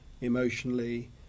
emotionally